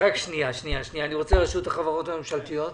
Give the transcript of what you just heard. רשות החברות הממשלתיות,